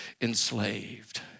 enslaved